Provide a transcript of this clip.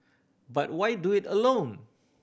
but why do it alone